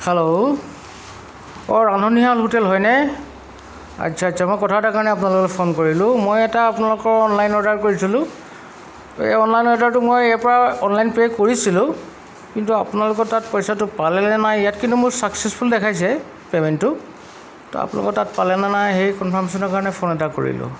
hello অঁ ৰান্ধনীশাল hotel হয়নে আচ্ছা আচ্ছা মই কথা এটা কাৰণে আপোনালোকক ফোন কৰিলোঁ মই এটা আপোনালোকৰ অনলাইন অৰ্ডাৰ কৰিছিলোঁ এই অনলাইন অৰ্ডাৰটো মই ইয়াৰ পৰা অনলাইন পে' কৰিছিলোঁ কিন্তু আপোনালোকৰ তাত পইচাটো পালে নে নাই ইয়াত কিন্তু মোৰ ছাকচেছফুল দেখাইছে পে'মেণ্টটো তো আপোনালোকৰ তাত পালে নে নাই সেই কনফাৰ্মেশ্যনৰ কাৰণে ফোন এটা কৰিলোঁ